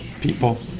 people